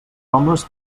homes